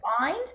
find